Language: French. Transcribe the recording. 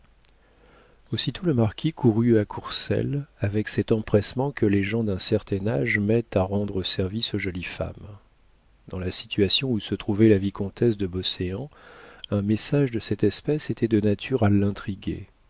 aussitôt le marquis courut à courcelles avec cet empressement que les gens d'un certain âge mettent à rendre service aux jolies femmes dans la situation où se trouvait la vicomtesse de beauséant un message de cette espèce était de nature à l'intriguer